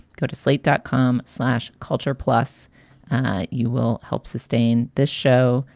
go to slate dot com slash culture. plus you will help sustain this show.